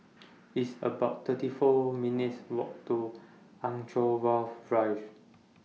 It's about thirty four minutes' Walk to Anchorvale Drive